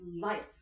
life